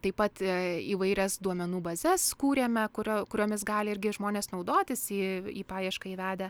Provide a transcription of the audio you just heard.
tai pat įvairias duomenų bazes kūrėme kurio kuriomis gali irgi žmonės naudotis į į paiešką įvedę